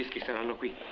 the salaries